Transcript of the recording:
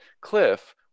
cliff